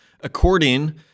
according